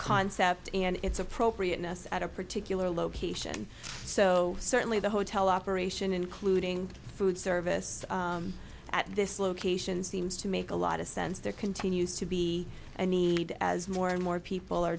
concept and it's appropriateness at a particular location so certainly the hotel operation including food service at this location seems to make a lot of sense there continues to be a need as more and more people are